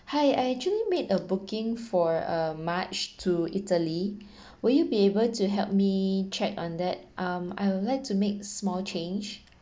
hi I actually made a booking for uh march to italy will you be able to help me check on that um I will like to make small change